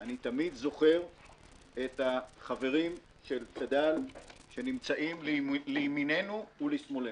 אני תמיד זוכר את החברים של צד"ל שנמצאו לימיננו ולשמאלנו.